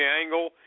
angle